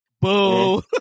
boo